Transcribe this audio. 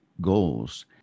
goals